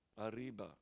Arriba